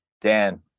Dan